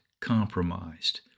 compromised